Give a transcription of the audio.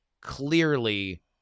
clearly